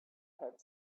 had